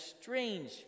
strange